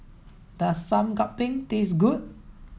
does Sup Kambing taste good